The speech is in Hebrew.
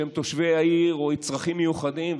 שהם תושבי העיר או עם צרכים מיוחדים,